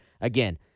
Again